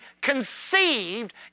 conceived